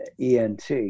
ENT